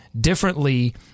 differently